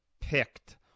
picked